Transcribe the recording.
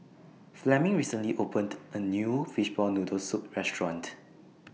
Fleming recently opened A New Fishball Noodle Soup Restaurant